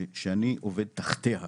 שאני עובד תחתיה,